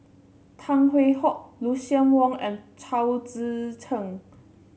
Tan Hwee Hock Lucien Wang and Chao Tzee Cheng